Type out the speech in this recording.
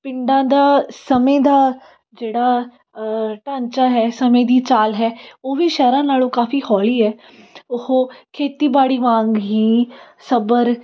ਪਿੰਡਾਂ ਦਾ ਸਮੇਂ ਦਾ ਜਿਹੜਾ ਢਾਂਚਾ ਹੈ ਸਮੇਂ ਦੀ ਚਾਲ ਹੈ ਉਹ ਵੀ ਸ਼ਹਿਰਾਂ ਨਾਲ਼ੋਂ ਕਾਫ਼ੀ ਹੌਲੀ ਹੈ ਉਹ ਖੇਤੀਬਾੜੀ ਵਾਂਗ ਹੀ ਸਬਰ